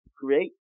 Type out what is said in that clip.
create